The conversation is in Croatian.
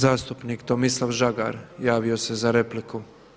Zastupnik Tomislav Žagar javio se za repliku.